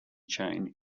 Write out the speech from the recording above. chain